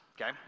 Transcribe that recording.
okay